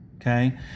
okay